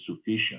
sufficient